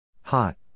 Hot